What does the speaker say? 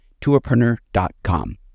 tourpreneur.com